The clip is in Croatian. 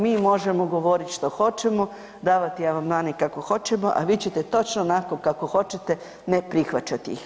Mi možemo govoriti što hoćemo, davati amandmane kako hoćemo, a vi ćete točno onako kako hoćete ne prihvaćati ih.